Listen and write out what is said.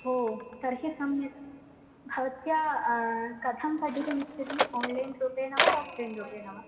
ओ तर्हि सम्यक् भवत्या कथं पठितुमिच्छति ओन्लैन् रूपेण वा ओफ़्लैन् रूपेण वा